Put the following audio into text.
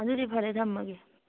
ꯑꯗꯨꯗꯤ ꯐꯔꯦ ꯊꯝꯃꯒꯦ